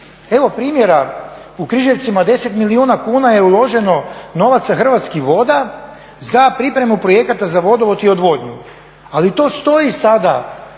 Evo primjera u Križevcima 10 milijuna kuna je uloženo novaca Hrvatskih voda za pripremu projekata za vodovod i odvodnju. Ali to stoji sada,